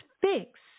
fix